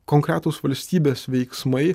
konkretūs valstybės veiksmai